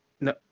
no